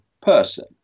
person